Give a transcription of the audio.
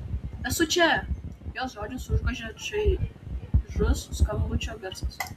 esu čia jos žodžius užgožė čaižus skambučio garsas